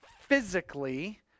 physically